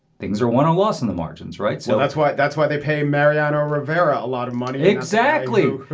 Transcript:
things are won or lost in the margins. right so that's why that's why they pay mariano rivera a lot of money. exactly.